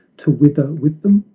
to wither with them?